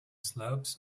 slopes